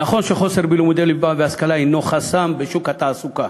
נכון שחוסר בלימודי ליבה והשכלה הנו חסם בשוק התעסוקה,